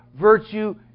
virtue